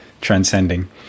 transcending